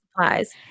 supplies